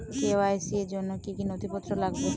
KYC র জন্য কি কি নথিপত্র লাগবে?